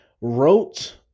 wrote